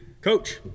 coach